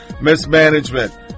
Mismanagement